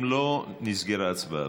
אם לא, נסגרה ההצבעה.